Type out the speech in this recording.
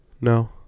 No